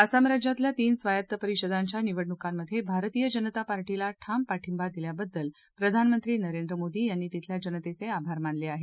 आसाम राज्यातल्या तीन स्वायत्त परिषदांच्या निवडणुकांमध्ये भारतीय जनता पार्टीला ठाम पाठिंबा दिल्याबद्दल प्रधानमंत्री नरंद्र मोदी यांनी तिथल्या जनतेचे आभार मानले आहेत